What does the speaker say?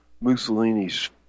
Mussolini's